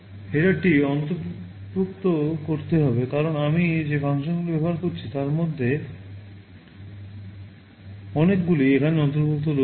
h header টি অন্তর্ভুক্ত করতে হবে কারণ আমি যে ফাংশনগুলি ব্যবহার করছি তার মধ্যে অনেকগুলি এখানে অন্তর্ভুক্ত রয়েছে